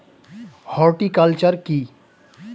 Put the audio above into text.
Horticulture কি?